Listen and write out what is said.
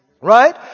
Right